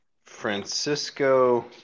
Francisco